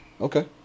Okay